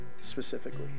specifically